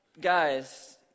guys